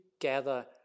gather